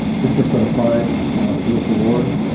districts that apply for this award.